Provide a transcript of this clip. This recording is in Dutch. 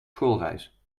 schoolreis